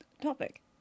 topic